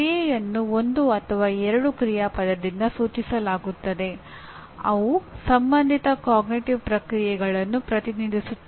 ಕ್ರಿಯೆಯನ್ನು ಒಂದು ಅಥವಾ ಎರಡು ಕ್ರಿಯಾಪದದಿಂದ ಸೂಚಿಸಲಾಗುತ್ತದೆ ಅವು ಸಂಬಂಧಿತ ಅರಿವಿನ ಪ್ರಕ್ರಿಯೆಗಳನ್ನು ಪ್ರತಿನಿಧಿಸುತ್ತದೆ